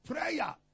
prayer